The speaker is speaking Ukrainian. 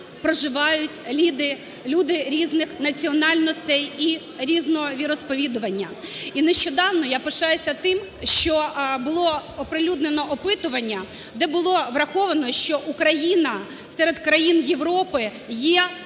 проживають люди різних національностей і різного віросповідування. І нещодавно, я пишаюся тим, що було оприлюднено опитування, де було враховано, що Україна серед країн Європи є